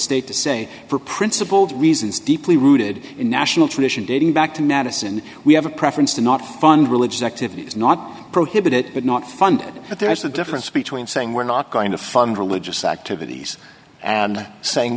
state to say for principled reasons deeply rooted in national tradition dating back to madison we have a preference to not fund religious activities not prohibited but not funded but there's a difference between saying we're not going to fund religious activities and saying